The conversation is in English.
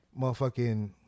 motherfucking